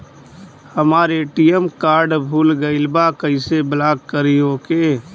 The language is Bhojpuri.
हमार ए.टी.एम कार्ड भूला गईल बा कईसे ब्लॉक करी ओके?